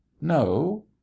No